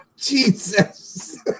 Jesus